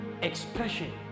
expression